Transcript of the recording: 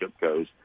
goes